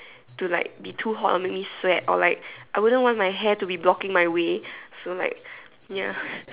to like be too hot or make me sweat or like I wouldn't want my hair to be blocking my way so like ya